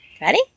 Ready